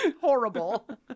horrible